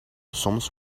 soms